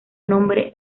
nombre